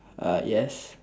uh yes